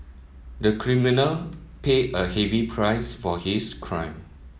the criminal paid a heavy price for his crime